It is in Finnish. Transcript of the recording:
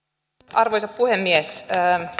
arvoisa puhemies